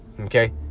okay